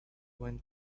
went